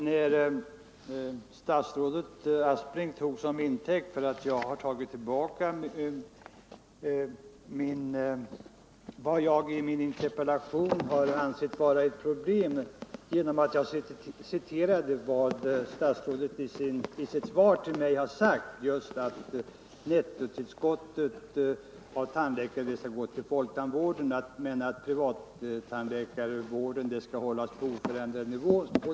Herr talman! Statsrådet Aspling tog som intäkt för att jag skulle ha frångått vad jag i min interpellation hade ansett vara ett problem genom att jag citerade vad statsrådet har sagt i sitt svar till mig, nämligen att nettotillskottet av tandläkare skall gå till folktandvården men att privattandläkarvården skall hållas på oförändrad nivå.